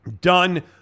done